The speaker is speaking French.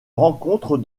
rencontre